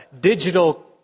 digital